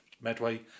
Medway